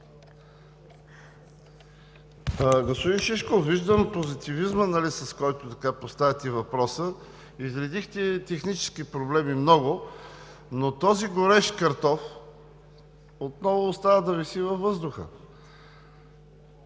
Господин Шишков, виждам позитивизма, с който поставяте въпроса. Изредихте много технически проблеми, но този „горещ картоф“ отново остава да виси във въздуха.